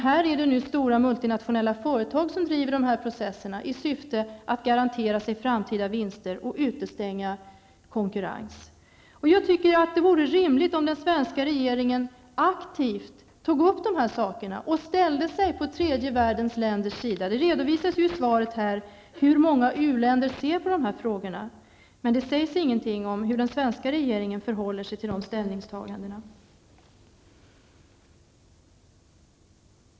Där är det stora multinationella företag som driver dessa processer i syfte att garantera sig framtida vinster och utestänga konkurrens. Jag tycker att det vore rimligt om den svenska regeringen aktivt tog upp dessa frågor och ställde sig på tredje världens länders sida. Det redovisas ju i svaret hur många u-länder ser på dessa frågor. Men det sägs ingenting om hur den svenska regeringen förhåller sig till dessa ställningstaganden.